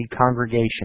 congregation